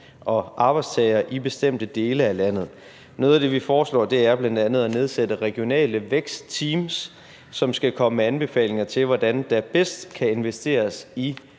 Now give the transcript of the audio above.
og arbejdstagere i bestemte dele af landet. Noget af det, vi foreslår, er bl.a. at nedsætte regionale vækstteams, som skal komme med anbefalinger til, hvordan der bedst kan investeres i